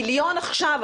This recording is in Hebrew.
מיליון עכשיו,